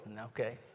okay